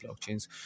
blockchains